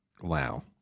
Wow